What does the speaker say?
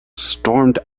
stormed